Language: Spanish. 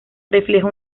refleja